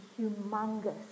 humongous